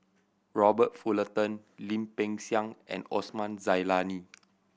Robert Fullerton Lim Peng Siang and Osman Zailani